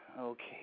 Okay